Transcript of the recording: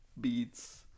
beats